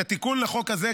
שאת התיקון לחוק הזה,